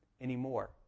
anymore